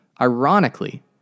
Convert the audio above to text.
Ironically